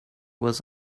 was